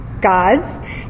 God's